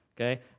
okay